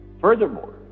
Furthermore